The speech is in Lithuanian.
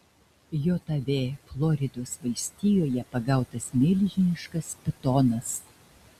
jav floridos valstijoje pagautas milžiniškas pitonas